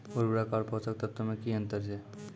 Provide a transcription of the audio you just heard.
उर्वरक आर पोसक तत्व मे की अन्तर छै?